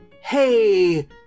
hey